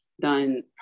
done